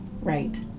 right